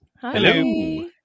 Hello